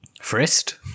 Frist